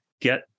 Get